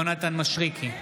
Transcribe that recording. יונתן מישרקי,